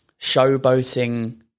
showboating